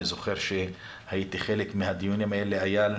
אני זוכר שהייתי חלק מהדיונים האלה, איל,